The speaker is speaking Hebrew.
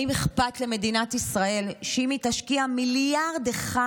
האם אכפת למדינת ישראל שאם היא תשקיע מיליארד אחד,